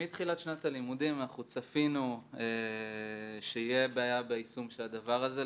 מתחילת שנת הלימודים אנחנו צפינו שתהיה בעיה ביישום של הדבר הזה,